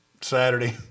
Saturday